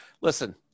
listen